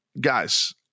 guys